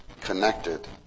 connected